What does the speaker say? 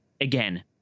again